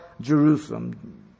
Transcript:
Jerusalem